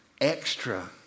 Extra